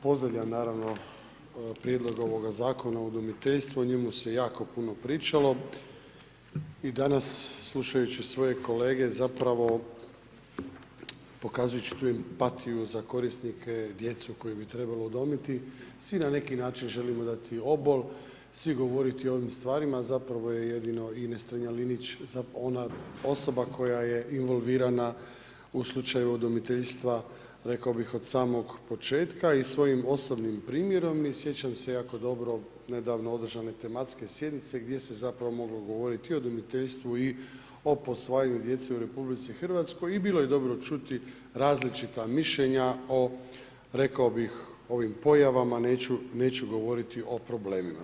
Pozdravljam naravno prijedlog ovog Zakona o udomiteljstvu, o njemu se jako puno pričalo i danas slučajući svoje kolege zapravo pokazujući tu empatiju za korisnike, djecu koju bi trebalo udomiti, svi na neki način želimo dati obol, svi govoriti o ovim stvarima a zapravo je jedino Ines Strenja-Linić ona osoba koja je involvirana u slučaju udomiteljstva, rekao bih od samog početka i svojim osobnim primjerom i sjećam se jako dobro, nedavno održane tematske sjednice gdje se zapravo moglo govoriti o udomiteljstvu i o posvajanju djece u RH i bilo je dobro čuti različita mišljenja o rekao bih, ovim pojavama, neću govoriti o problemima.